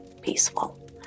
peaceful